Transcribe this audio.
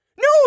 No